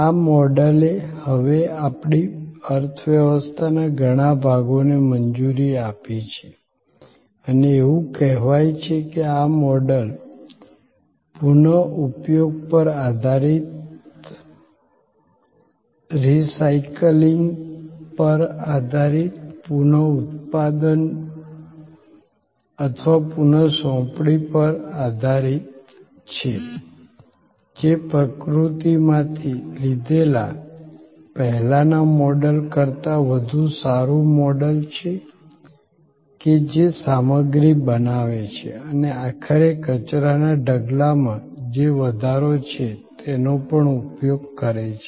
આ મોડેલે હવે આપણી અર્થવ્યવસ્થાના ઘણા ભાગોને મંજૂરી આપી છે અને એવું કહેવાય છે કે આ મોડલ પુનઃઉપયોગ પર આધારિત રિસાયક્લિંગ પર આધારિત પુનઃઉત્પાદન અથવા પુનઃસોંપણી પર આધારિત છે જે પ્રકૃતિમાંથી લીધેલા પહેલાના મોડલ કરતાં વધુ સારું મોડલ છેકે જે સામગ્રી બનાવે છે અને આખરે કચરાના ઢગલામાં જે વધારો છે તેનો પણ ઉપયોગ કરે છે